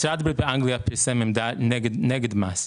משרד הבריאות באנגליה פורסמה עמדה נגד מס.